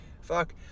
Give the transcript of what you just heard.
Fuck